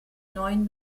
neuen